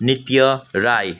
नित्य राई